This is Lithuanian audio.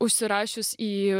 užsirašius į